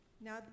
Now